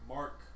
Mark